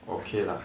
okay lah